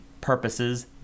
purposes